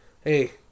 Hey